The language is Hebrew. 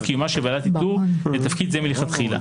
קיומה של ועדת איתור לתפקיד זה מלכתחילה.